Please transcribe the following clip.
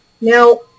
Now